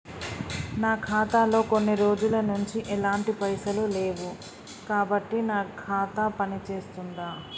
నా ఖాతా లో కొన్ని రోజుల నుంచి ఎలాంటి పైసలు లేవు కాబట్టి నా ఖాతా పని చేస్తుందా?